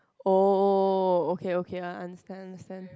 oh okay okay I understand understand